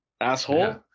asshole